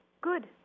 Good